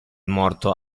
morto